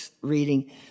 reading